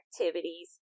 activities